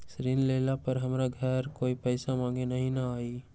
ऋण लेला पर हमरा घरे कोई पैसा मांगे नहीं न आई?